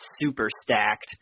super-stacked